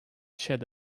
shed